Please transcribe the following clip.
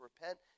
repent